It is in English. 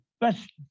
best